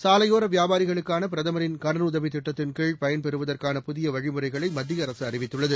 சாலையோர வியாபாரிகளுக்கான பிரதமரின் கடனுதவி திட்டத்தின்கீழ் பயன் பெறுவதற்கான புதிய வழிமுறைகளை மத்திய அரசு அறிவித்துள்ளது